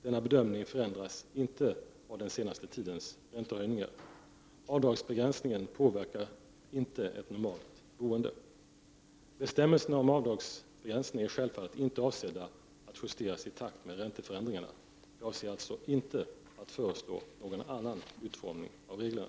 Denna bedömning förändras inte av den senaste tidens räntehöjningar. Avdragsbegränsningen påverkar inte ett normalt boende. Bestämmelserna om avdragsbegränsning är självfallet inte avsedda att justeras i takt med ränteförändringarna. Jag avser alltså inte att föreslå någon annan utformning av reglerna.